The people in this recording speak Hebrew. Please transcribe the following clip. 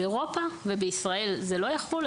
באירופה ובישראל זה לא יחול.